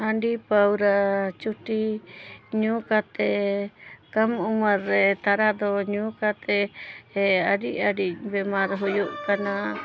ᱦᱟᱺᱰᱤ ᱯᱟᱹᱣᱨᱟ ᱪᱩᱴᱤ ᱧᱩ ᱠᱟᱛᱮ ᱠᱚᱢ ᱩᱢᱮᱨ ᱨᱮ ᱛᱟᱨᱟ ᱫᱚ ᱧᱩ ᱠᱟᱛᱮ ᱟᱹᱰᱤ ᱟᱹᱰᱤ ᱵᱮᱢᱟᱨ ᱦᱩᱭᱩᱜ ᱠᱟᱱᱟ